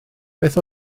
beth